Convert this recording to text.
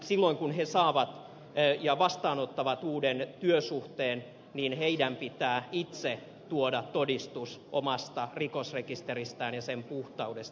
silloin kun he saavat ja vastaanottavat uuden työsuhteen heidän pitää itse tuoda todistus omasta rikosrekisteristään ja sen puhtaudesta